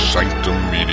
Sanctum